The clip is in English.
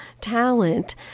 talent